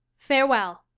farewell.